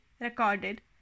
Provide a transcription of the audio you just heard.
recorded